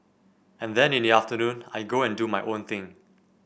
and then in the afternoon I go and do my own thing